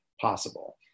possible